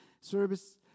service